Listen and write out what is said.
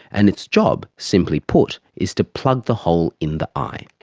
and its job, simply put, is to plug the whole in the eye.